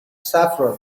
saffron